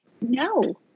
No